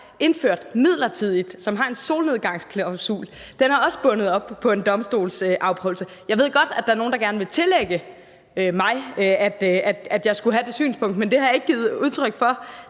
indført midlertidigt, og som har en solnedgangsklausul, er også bundet op på en domstolsprøvelse. Jeg ved godt, at der er nogle, der gerne vil tillægge mig det synspunkt, men det har jeg ikke givet udtryk for